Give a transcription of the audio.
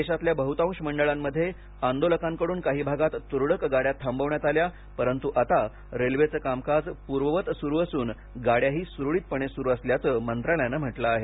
देशातल्या बह्तांश मंडळांमध्ये आंदोलकांकडून काही आगात तुरळक गाड्या थांबविण्यात आल्या परंतु आता रेल्वेचे कामकाज पूर्ववत सुरु असून गाड्याही सुरळीतपणे सुरू असल्याचं मंत्रालयानं म्हटलं आहे